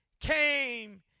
came